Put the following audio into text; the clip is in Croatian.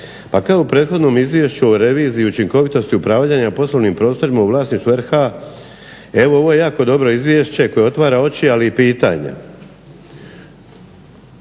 A kao u prethodnom Izvješću o reviziji i učinkovitosti upravljanja poslovnim prostorima u vlasništvu RH evo ovo je jako dobro izvješće koje otvara oči, ali i pitanje.